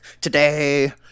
Today